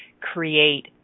create